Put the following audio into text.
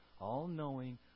all-knowing